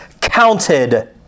counted